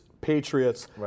Patriots